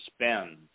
spend